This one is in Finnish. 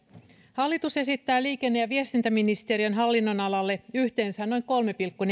hallitus esittää liikenne ja viestintäministeriön hallinnonalalle yhteensä noin kolmea pilkku